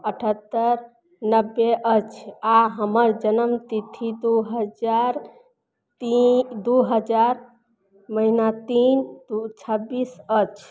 अठहत्तरि नब्बे अछि आओर हमर जन्मतिथि दुइ हजार तीन दुइ हजार महिना तीन छब्बीस अछि